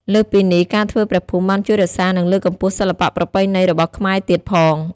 លើសពីនេះ ការធ្វើព្រះភូមិបានជួយរក្សានិងលើកកម្ពស់សិល្បៈប្រពៃណីរបស់ខ្មែរទៀតផង។